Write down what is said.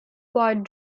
god